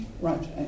Right